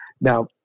Now